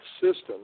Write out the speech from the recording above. system